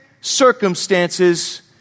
circumstances